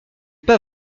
pas